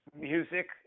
music